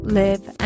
live